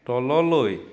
তললৈ